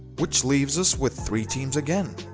which leaves us with three teams again.